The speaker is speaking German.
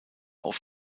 auf